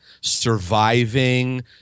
surviving